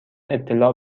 اطلاع